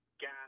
gas